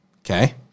Okay